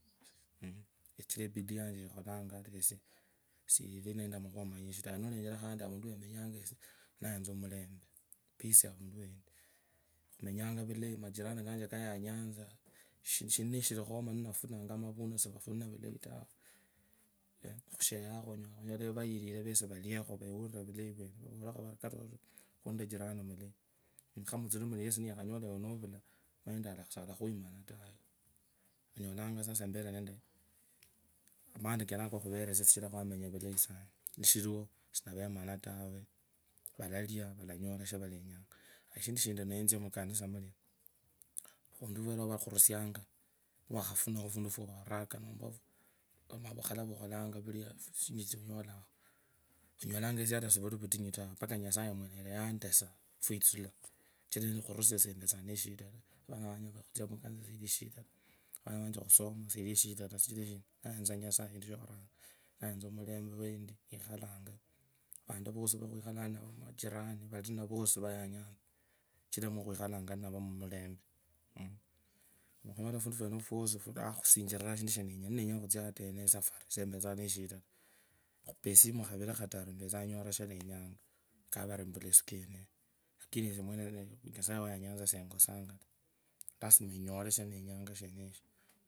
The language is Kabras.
Kachira ebidi yanje yakhuranga ata esie sendi nende makhuua manyinji taa, nuleanjera khandi avundu wamenyanga indayaanza mulemba peace uvundu wendi, khumenyanga vulayi, majirani kanje kayanyanza shindu shenesho, ninafunanga mavuno, sirafunire vosi veurire vulayi vwene, vari katoto, khunejirani mulayi khumutsuru yesiyakhanyola ewenayula, emanyire endi alakhamanataa. Onyalanga sasa nive amani kenako khuvesia, kachira khwemenya vulayi sana nishiriwosinaverana tawe, valalya, valanyola shavalenyanga, shindushinti netsia mukanisa muria, fundi fuvereo fwavarusianga, niwakhafuranakho fundu fwawaraka muua nomba vukhala vwokhulanga, onyala ejie ata sivuri vitunyu ata mpaka nyasaye mwene yandasia fwitsura, sichira khurusia siembetsanga neshinda taa, vana vanje khutsia mukanisa siyiri shida, taa vana vanje khusoma siri shida taa. Sichira ndayanza nyasaye, ndayanza, mulembe wendi wandikhalango ninavo mumulemba nyasaye wayanyanzu senyosanga taa, lazima enyole shaneyanga shenesho.